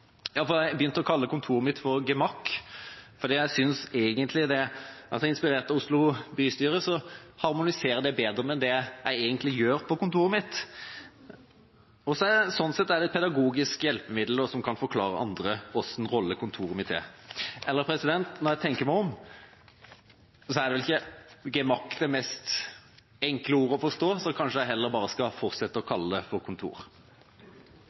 Jeg har begynt å kalle kontoret mitt «gemakk», fordi det – inspirert av Oslo bystyre – harmoniserer bedre med det jeg egentlig gjør på kontoret mitt. Sånn sett er det et pedagogisk hjelpemiddel som kan forklare andre hvilken rolle kontoret mitt spiller. Men når jeg tenker meg om, er vel ikke «gemakk» det enkleste ordet å forstå, så kanskje jeg heller skal fortsette å kalle det «kontor». Jeg er litt usikker på om det er rett i denne saken å takke interpellanten for